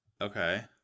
Okay